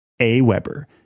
AWeber